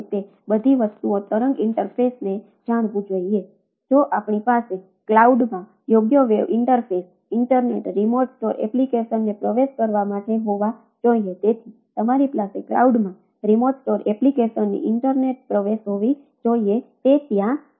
તેથી તમારી પાસે ક્લાઉડમાં રિમોટ સ્ટોર એપ્લિકેશનની ઇન્ટરનેટ પ્રવેશ હોવી જોઈએ તે ત્યાં છે